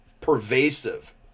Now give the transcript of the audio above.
pervasive